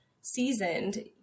seasoned